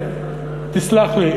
תסלח לי,